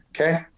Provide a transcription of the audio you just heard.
Okay